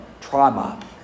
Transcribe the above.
trauma